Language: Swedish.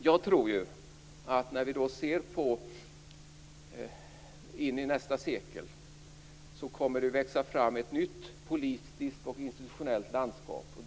Jag tror att det i nästa sekel kommer att växa fram ett nytt politiskt och institutionellt landskap.